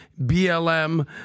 BLM